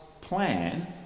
plan